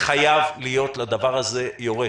וחייב להיות לדבר הזה יורש.